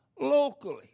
locally